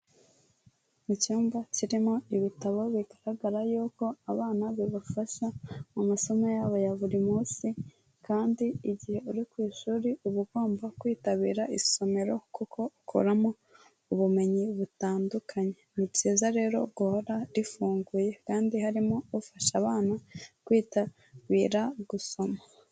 Icyumba kirimo ibitabo bigaragara yuko abana bibafasha mu masomo yabo ya buri munsi kandi igihe uri ku ishuri uba ugomba kwitabira isomero kuko ukuramo ubumenyi butandukanye. Ni byiza rero guhora rifunguye kandi harimo ufasha abana kwitabira gusoma.